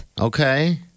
Okay